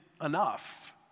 enough